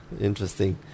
Interesting